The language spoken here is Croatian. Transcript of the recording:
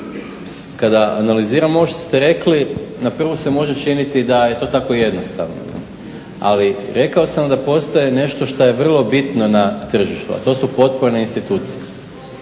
Kada analiziram ovo što ste rekli na prvu se može činiti da je to tako jednostavno, ali rekao sam da postoji nešto što je vrlo bitno na tržištu, a to su potporne institucije.